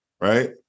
Right